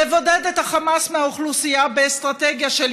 לבודד את החמאס מהאוכלוסייה באסטרטגיה של